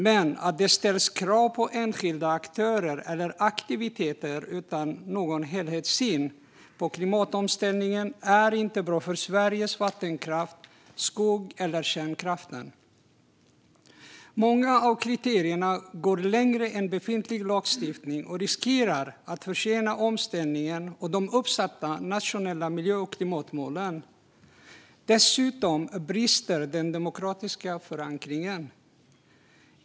Men att det ställs krav på enskilda aktörer eller aktiviteter utan någon helhetssyn på klimatomställningen är inte bra för Sveriges vattenkraft, skog eller kärnkraft. Många av kriterierna går längre än befintlig lagstiftning och riskerar att försena omställningen och de uppsatta nationella miljö och klimatmålen. Dessutom brister den demokratiska förankringen.